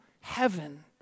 heaven